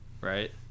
right